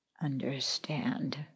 understand